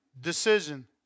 Decision